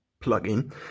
plug-in